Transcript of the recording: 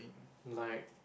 like